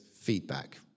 feedback